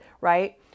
right